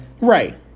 Right